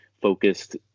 focused